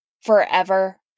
forever